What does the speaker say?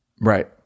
Right